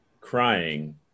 crying